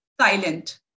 silent